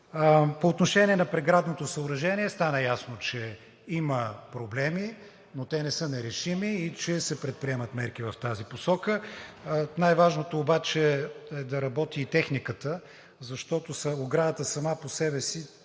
По отношение на преградното съоръжение стана ясно, че има проблеми, но те не са нерешими и че се предприемат мерки в тази посока. Най-важното обаче е да работи и техниката, защото оградата сама по себе си,